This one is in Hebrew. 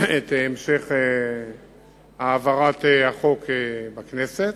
את המשך העברת החוק בכנסת.